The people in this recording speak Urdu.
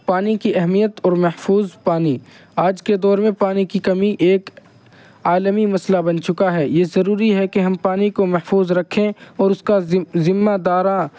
پانی کی اہمیت اور محفوظ پانی آج کے دور میں پانی کی کمی ایک عالمی مسئلہ بن چکا ہے یہ ضروری ہے کہ ہم پانی کو محفوظ رکھیں اور اس کا ذمہ دارانہ